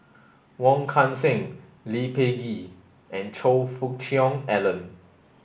Wong Kan Seng Lee Peh Gee and Choe Fook Cheong Alan